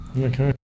Okay